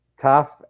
Tough